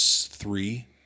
three